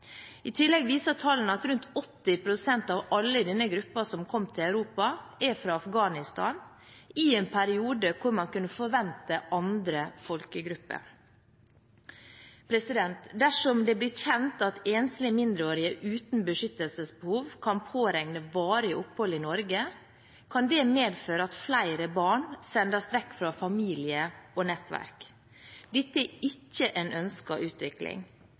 I tillegg viser tallene at rundt 80 pst. av alle i denne gruppen som kom til Europa, er fra Afghanistan, i en periode da man kunne forvente andre folkegrupper. Dersom det blir kjent at enslige mindreårige uten beskyttelsesbehov kan påregne varig opphold i Norge, kan det medføre at flere barn sendes vekk fra familie og nettverk. Dette er ikke en ønsket utvikling.